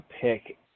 pick